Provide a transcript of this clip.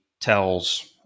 tells